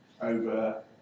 over